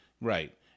Right